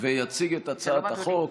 יציג את הצעת החוק